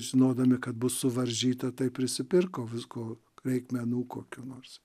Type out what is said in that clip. žinodami kad bus suvaržyta tai prisipirko visko reikmenų kokių nors